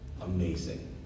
amazing